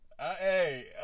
Hey